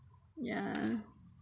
ya